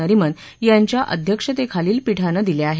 नरिमन यांच्या अध्यक्षतेखालील पीठानं दिले आहेत